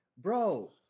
bro